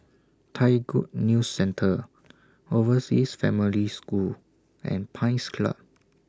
Thai Good News Centre Overseas Family School and Pines Club